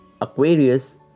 Aquarius